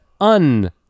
un